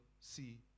see